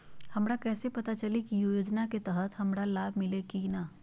हमरा कैसे पता चली की उ योजना के तहत हमरा लाभ मिल्ले की न?